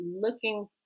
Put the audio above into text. looking